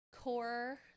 core